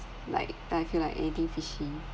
like that I feel like anything fishy